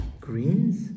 greens